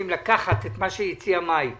לקחת את מה שהציעה מאי גולן,